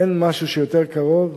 אין משהו יותר קרוב.